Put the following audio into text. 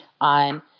on